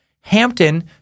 Hampton